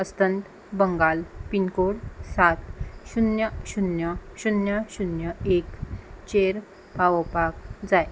अस्तंत बंगाल पिनकोड सात शुन्य शुन्य शुन्य शुन्य एक चेर पावोपाक जाय